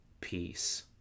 peace